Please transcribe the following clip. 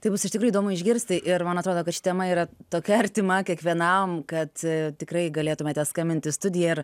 tai bus iš tikrųjų įdomu išgirsti ir man atrodo kad ši tema yra tokia artima kiekvienam kad tikrai galėtumėte skambinti į studiją ir